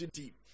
deep